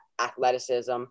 athleticism